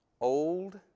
old